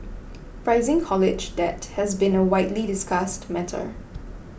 rising college debt has been a widely discussed matter